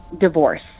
divorce